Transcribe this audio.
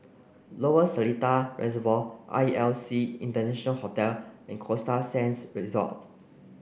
Lower Seletar Reservoir R E L C International Hotel and Costa Sands Resort